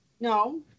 No